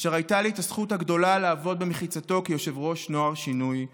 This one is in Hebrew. אשר הייתה לי הזכות הגדולה לעבוד במחיצתו כיושב-ראש נוער שינוי,